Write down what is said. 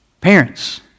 Parents